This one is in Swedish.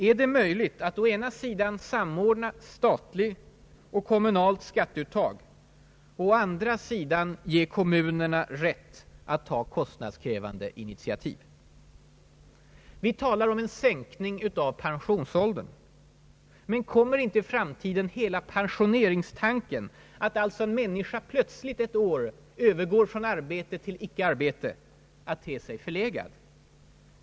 Är det möjligt att å ena sidan samordna statligt och kommunalt skatteuttag och att å andra sidan ge kommunerna rätt att ta kostnadskrävande initiativ? Vi talar om en sänkning av pensionsåldern. Men kommer inte i framtiden hela pensioneringstanken — att alltså en människa plötsligt ett år övergår från arbete till icke-arbete — att te sig förlegad?